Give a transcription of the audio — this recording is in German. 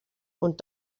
und